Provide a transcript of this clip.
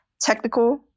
technical